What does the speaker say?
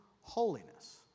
holiness